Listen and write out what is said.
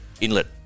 inlet